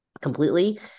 completely